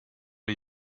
are